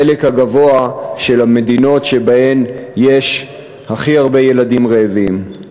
בחלק הגבוה של המדינות שבהן יש הכי הרבה ילדים רעבים.